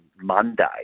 Monday